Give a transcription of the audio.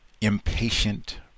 impatient